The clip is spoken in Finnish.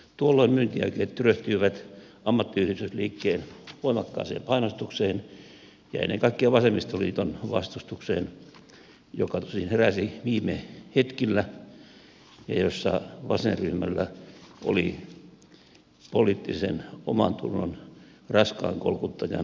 tuolloin myyntiaikeet tyrehtyivät ammattiyhdistysliikkeen voimakkaaseen painostukseen ja ennen kaikkea vasemmistoliiton vastustukseen joka tosin heräsi viime hetkillä ja jossa vasenryhmällä oli poliittisen omantunnon raskaan kolkuttajan rooli